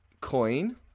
coin